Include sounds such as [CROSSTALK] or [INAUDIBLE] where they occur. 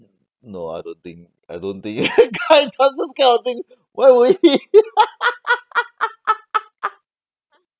no I don't think I don't think [LAUGHS] guys does this kind of thing why would he [LAUGHS]